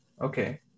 Okay